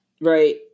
Right